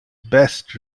best